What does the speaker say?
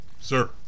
Sir